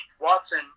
Watson